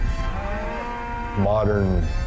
modern